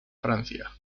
francia